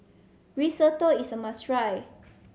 risotto is a must try